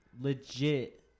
legit